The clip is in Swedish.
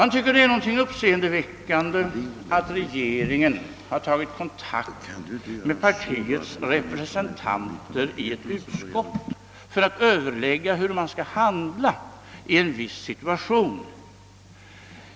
Några talare fann det uppseendeväckande att regeringen tagit kontakt med partiets representanter i ett utskott för att med dem överlägga om hur man skulle handla i en viss situation.